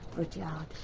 rudyard.